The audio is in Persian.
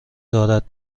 دارد